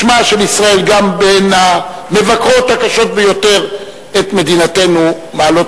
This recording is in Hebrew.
שמה של ישראל גם המבקרות הקשות ביותר את מדינתנו מעלות